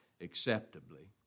acceptably